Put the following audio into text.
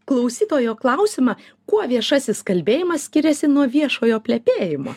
klausytojo klausimą kuo viešasis kalbėjimas skiriasi nuo viešojo plepėjimo